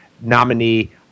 nominee